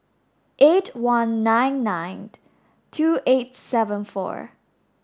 eight one nine nine two eight seven four